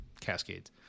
Cascades